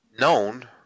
known